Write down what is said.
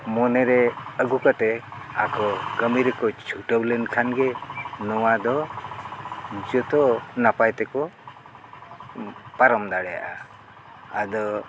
ᱢᱚᱱᱮ ᱨᱮ ᱟᱹᱜᱩ ᱠᱟᱛᱮ ᱟᱠᱚ ᱠᱟᱹᱢᱤ ᱨᱮᱠᱚ ᱪᱷᱩᱴᱟᱹᱣ ᱞᱮᱱ ᱠᱷᱟᱱ ᱜᱮ ᱱᱚᱣᱟ ᱫᱚ ᱡᱚᱛᱚ ᱱᱟᱯᱟᱭ ᱛᱮᱠᱚ ᱯᱟᱨᱚᱢ ᱫᱟᱲᱮᱭᱟᱜᱼᱟ ᱟᱫᱚ